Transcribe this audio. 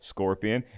Scorpion